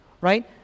Right